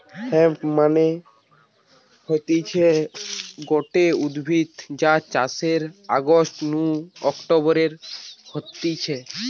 hemp মানে হতিছে গটে উদ্ভিদ যার চাষ অগাস্ট নু অক্টোবরে হতিছে